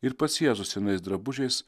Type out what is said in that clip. ir pats jėzus senais drabužiais